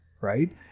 right